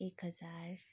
एक हजार